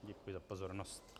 Děkuji za pozornost.